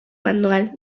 manual